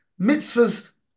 mitzvahs